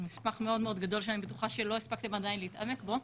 הוא מסמך מאוד מאוד גדול שאני בטוחה שלא הספקתם עדיין להתעמק בו,